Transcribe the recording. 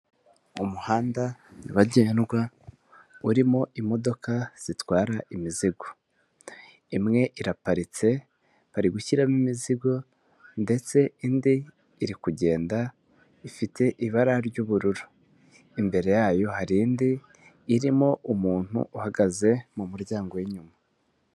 Umuhanda nyabagendwa urimo imodoka zitwara imizigo, imwe iraparitse bari gushyiramo imizigo ndetse indi iri kugenda ifite ibara ry'ubururu, imbere yayo hari indi irimo umuntu uhagaze mu muryango w'inyuma.